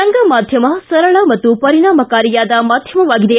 ರಂಗ ಮಾಧ್ಯಮ ಸರಳ ಮತ್ತು ಪರಿಣಾಮಕಾರಿಯಾದ ಮಾಧ್ಯಮವಾಗಿದೆ